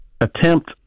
attempt